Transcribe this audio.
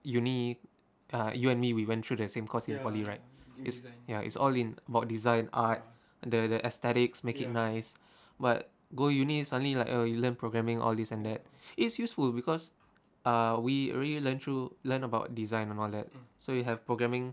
uni ah you and me we went through that same course in poly it's ya it's all in about design art th~ the aesthetics make it nice but go uni suddenly like uh you learn programming all this and that it's useful because ah we really learned through learn about design and all that so you have programming